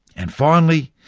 and finally,